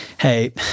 hey